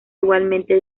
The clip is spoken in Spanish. igualmente